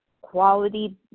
quality